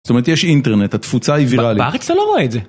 זאת אומרת יש אינטרנט, התפוצה היא ויראלית. בארץ אתה לא רואה את זה.